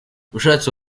ushatse